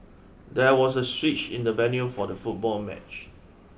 there was a switch in the venue for the football match